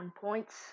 points